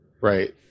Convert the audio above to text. Right